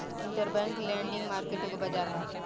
interbank lending market एगो बाजार ह